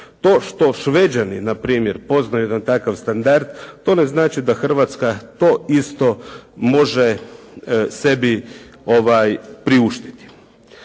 To što Šveđani, na primjer poznaju jedan takav standard, to ne znači da Hrvatska to isto može sebi priuštiti.